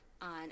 on